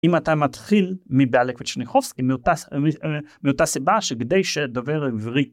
אם אתה מתחיל מביאליק וצרניחובסקי מאותה סיבה שכדי שדובר עברית.